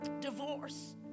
Divorce